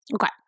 Okay